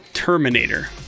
Terminator